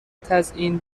تزیین